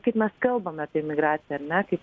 kaip mes kalbame apie emigraciją ar ne kaip